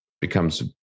becomes